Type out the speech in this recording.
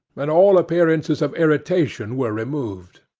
and all appearances of irritation were removed.